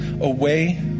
away